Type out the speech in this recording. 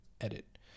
edit